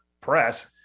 press